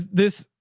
this,